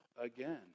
again